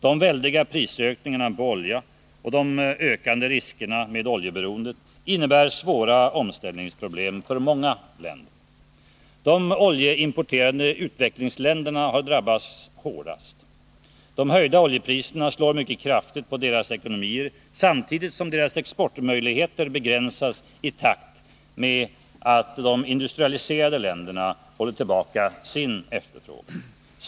De väldiga prisökningarna på olja och de ökande riskerna med oljeberoendet innebär svåra omställningsproblem för många länder. De oljeimporterande utvecklingsländerna har drabbats hårdast. De höjda oljepriserna slår mycket kraftigt på deras ekonomier samtidigt som deras exportmöjligheter begränsas i takt med att de industrialiserade länderna håller tillbaka sin efterfrågan.